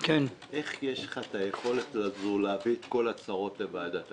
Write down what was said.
איך יש לך את היכולת הזו להביא את כל הצרות לוועדת הכספים?